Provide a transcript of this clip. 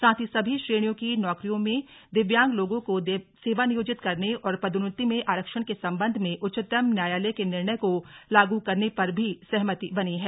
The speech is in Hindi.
साथ ही सभी श्रेणियों की नौकरी में दिव्यांग लोगों को सेवानियोजित करने और पदोन्नति में आरक्षण के संबंध में उच्चतम न्यायालय के निर्णय को लागू करने पर भी सहमति बनी है